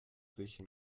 sich